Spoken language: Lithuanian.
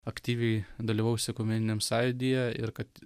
aktyviai dalyvaus ekumeniniam sąjūdyje ir kad